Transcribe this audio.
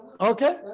okay